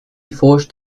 forged